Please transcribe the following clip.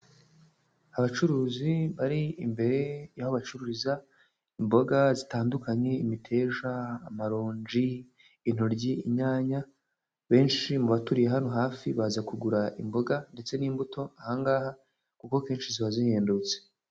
Ubacuruzi bari imbere y'aho bacururiza imboga zitandukanye imiteja, amarongi, intoryi, inyanya, benshi mu baturiye hano hafi baza kugura imboga ndetse n'imbuto aha ngaha kuko anenshi ziba zihendutse.